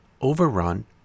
overrun